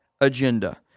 agenda